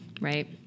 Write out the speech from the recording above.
right